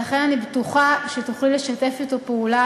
ולכן אני בטוחה שתוכלי לשתף אתו פעולה,